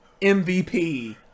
MVP